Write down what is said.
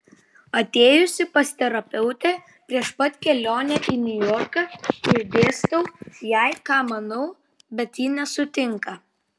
atėjusi pas terapeutę prieš pat kelionę į niujorką išdėstau jai ką manau bet ji nesutinka